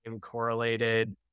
correlated